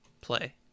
play